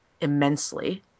immensely